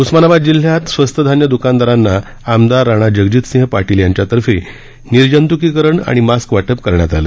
उस्मानाबाद जिल्ह्यातल्या स्वस्त धान्य दुकानदारांना आमदार राणाजगजितसिंह पाटील यांच्यातर्फे निर्जत्कीकरण आणि मास्क वाटप करण्यात आलं